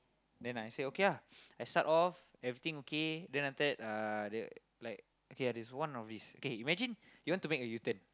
then I say okay lah I start off everything okay then after that uh like okay ah there's one of this okay imagine you want to make a U-turn